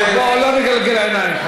משנה, בואו לא נגלגל עיניים.